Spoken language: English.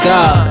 God